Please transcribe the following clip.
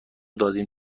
دادیم